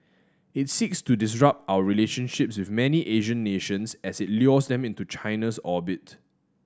it seeks to disrupt our relationships with many Asian nations as it lures them into China's orbit